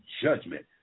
judgment